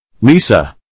Lisa